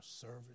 service